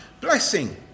blessing